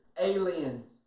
aliens